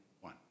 one